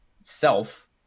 self